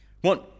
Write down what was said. One